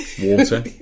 water